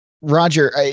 Roger